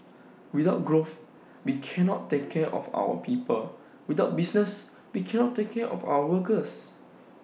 without growth we cannot take care of our people without business we cannot take care of our workers